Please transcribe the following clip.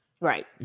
Right